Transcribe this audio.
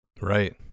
Right